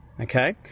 Okay